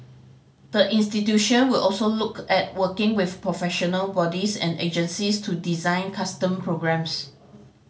the institution will also look at working with professional bodies and agencies to design custom programmes